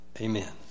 Amen